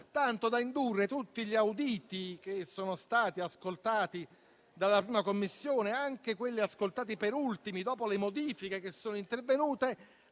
tanto da indurre tutti gli auditi che sono stati ascoltati dalla 1ª Commissione, anche quelli ascoltati per ultimi, dopo le modifiche che sono intervenute,